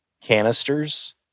canisters